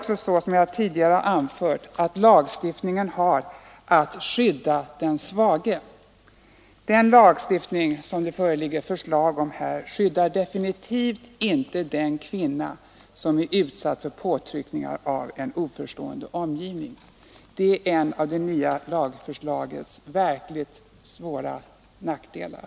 Som jag tidigare anfört, har lagstiftningen att skydda den svage. Den lagstiftning som det föreligger förslag om här skyddar avgjort inte den kvinna som är utsatt för påtryckningar av en oförstående omgivning. Det är en av det nya lagförslagets verkligt svåra brister.